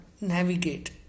navigate